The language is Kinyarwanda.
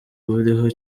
buriho